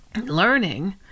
learning